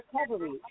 recovery